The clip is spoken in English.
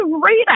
great